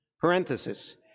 Parenthesis